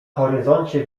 horyzoncie